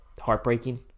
heartbreaking